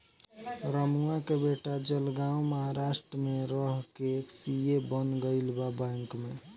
रमुआ के बेटा जलगांव महाराष्ट्र में रह के सी.ए बन गईल बा बैंक में